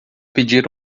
pedir